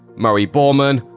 murray bauman,